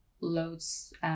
loads